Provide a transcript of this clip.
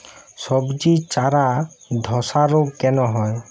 সবজির চারা ধ্বসা রোগ কেন হয়?